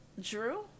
drew